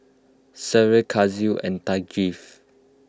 Syed Kasih and Thaqif